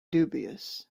dubious